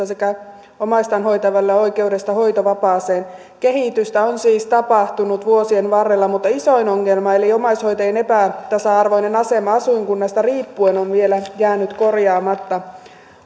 sekä omaistaan hoitavalle oikeudesta hoitovapaaseen kehitystä on siis tapahtunut vuosien varrella mutta isoin ongelma eli omaishoitajien epätasa arvoinen asema asuinkunnasta riippuen on vielä jäänyt korjaamatta